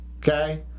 Okay